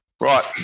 Right